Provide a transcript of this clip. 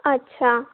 আচ্ছা